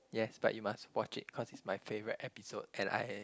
yes but you must watch it cause it's my favourite episode and I